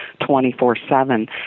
24-7